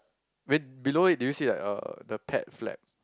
win below it do you see like a the pet flap